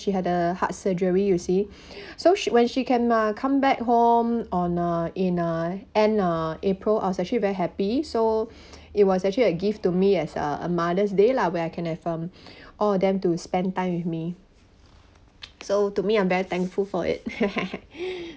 she had a heart surgery you see so she when she can uh come back home on uh in uh end uh april I was actually very happy so it was actually a gift to me as a mother's day lah where I can have um all of them to spend time with me so to me I'm very thankful for it